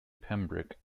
pembroke